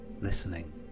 listening